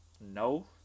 no